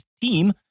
team